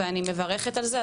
ואני מברכת על זה,